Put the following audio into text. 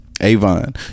Avon